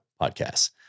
podcasts